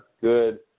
good